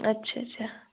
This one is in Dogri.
अच्छा अच्छा